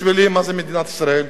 בשבילי, מה זה מדינת ישראל?